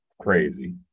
crazy